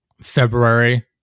february